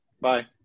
Bye